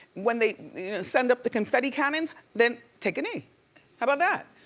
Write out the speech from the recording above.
when they send up the confetti cannons, then take a knee. how about that?